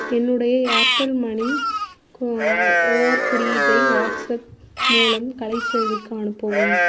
என்னுடைய Airtel Money QR குறியீட்டை WhatsApp மூலம் கலைச்செல்விக்கு அனுப்பவும்